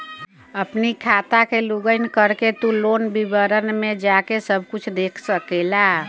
अपनी खाता के लोगइन करके तू लोन विवरण में जाके सब कुछ देख सकेला